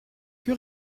que